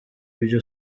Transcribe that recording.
ibyo